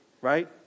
right